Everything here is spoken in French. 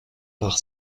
par